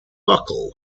buckle